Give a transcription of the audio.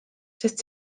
sest